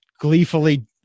gleefully